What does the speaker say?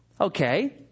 Okay